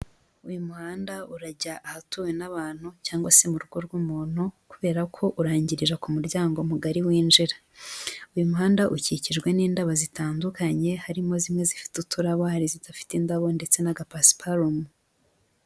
Uyu muhanda urajya ahatuwe n'abantu cyangwa se mu rugo rw'umuntu kubera ko urangirira ku muryango mugari winjira, uyu muhanda ukikijwe n'indabo zitandukanye harimo zimwe zifite uturabo hari izidafite indabo ndetse n'agapasiparumu.